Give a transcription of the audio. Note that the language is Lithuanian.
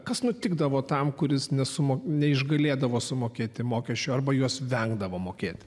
kas nutikdavo tam kuris nesumo neišgalėdavo sumokėti mokesčių arba juos vengdavo mokėti